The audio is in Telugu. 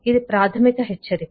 ఇది ప్రాథమిక హెచ్చరిక